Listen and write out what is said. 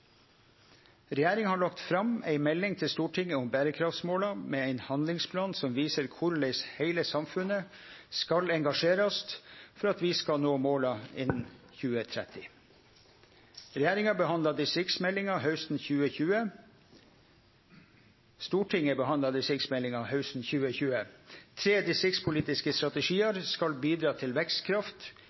Regjeringa har lagt fram ei melding til Stortinget om berekraftsmåla, med ein handlingsplan som viser korleis heile samfunnet skal engasjerast for at vi skal nå måla innan 2030. Stortinget behandla distriktsmeldinga hausten 2020. Tre distriktspolitiske strategiar skal bidra til vekstkraft,